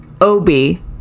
Obi